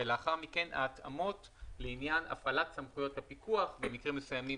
ולאחר מכן ההתאמות לעניין הפעלת סמכויות הפיקוח שבמקרים מסוימים